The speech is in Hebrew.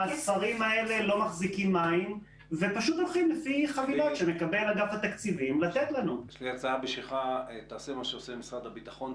להרחיב את התקציב של משרד החוץ,